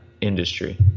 industry